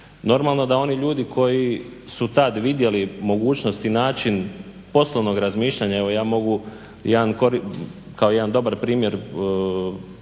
Normalno da oni ljudi koji su tad vidjeli mogućnost i način poslovnog razmišljanja, evo ja mogu jedan, kao jedan dobar primjer reći